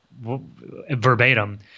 verbatim